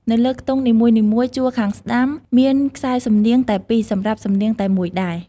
នៅលើខ្ទង់នីមួយៗ ជួរខាងស្ដាំ មានខ្សែសំនៀងតែ២សំរាប់សំនៀងតែមួយដែរ។